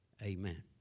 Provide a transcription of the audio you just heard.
Amen